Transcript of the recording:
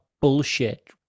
bullshit